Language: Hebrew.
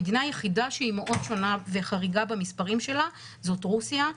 המדינה היחידה שהיא מאוד שונה וחריגה במספרים שלה זו רוסיה,